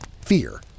Fear